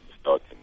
starting